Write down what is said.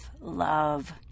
love